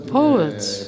poets